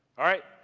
alright,